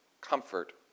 comfort